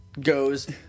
goes